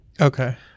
Okay